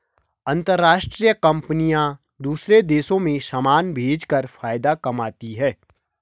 अंतरराष्ट्रीय कंपनियां दूसरे देशों में समान भेजकर फायदा कमाती हैं